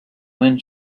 when